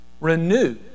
Renew